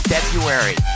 February